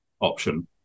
option